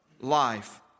life